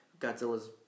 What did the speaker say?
Godzilla's